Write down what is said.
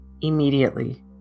immediately